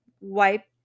wipe